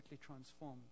transformed